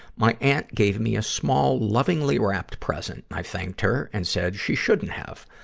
my aunt gave me a small, lovingly-wrapped present. i thanked her and said she shouldn't have.